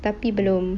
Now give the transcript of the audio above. tapi belum